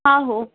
ਆਹੋ